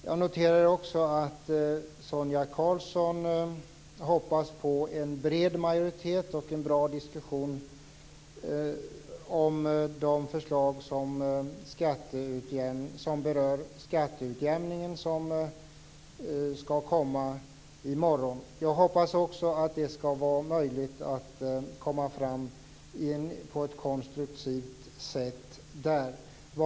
Jag noterar också att Sonia Karlsson hoppas på en bred majoritet och en bra diskussion om de förslag som berör skatteutjämningen och som skall läggas fram i morgon. Jag hoppas också att det skall vara möjligt att komma fram på ett konstruktivt sätt i fråga om detta.